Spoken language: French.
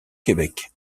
québec